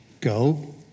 Go